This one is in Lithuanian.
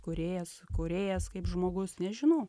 kūrėjas kūrėjas kaip žmogus nežinau